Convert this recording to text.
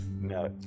No